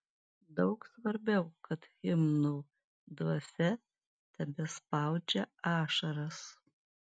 daug svarbiau kad himno dvasia tebespaudžia ašaras